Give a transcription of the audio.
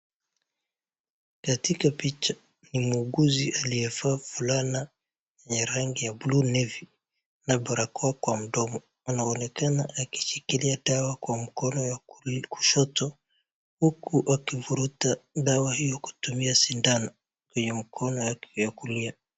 Katika picha ni muguzi aliyevaa fulana ya bluu nevi na barakoakwa mdomo anaonekana akishikilia dawa kwa mkono wa kushoto, huku akivuruta dawa hiyo kwa kutumia sindano kwa mkono wa kulia.